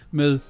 med